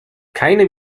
keine